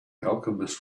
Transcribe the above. alchemist